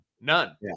None